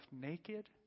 naked